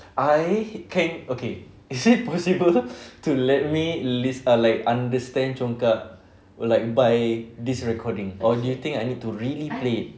I he~ can okay is it possible to let me list err like understand congkak or like by this recording or do you think I need to really play it